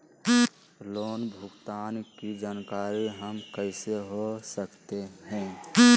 Loan भुगतान की जानकारी हम कैसे हो सकते हैं?